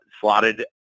slotted